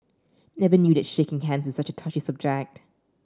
never knew that shaking hands is such a touchy subject